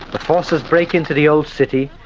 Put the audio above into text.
the forces break into the old city,